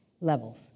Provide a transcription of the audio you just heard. levels